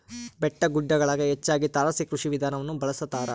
ಬೆಟ್ಟಗುಡ್ಡಗುಳಗ ಹೆಚ್ಚಾಗಿ ತಾರಸಿ ಕೃಷಿ ವಿಧಾನವನ್ನ ಬಳಸತಾರ